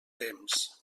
temps